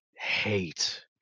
hate